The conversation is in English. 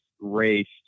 raced